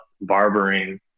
barbering